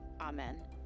amen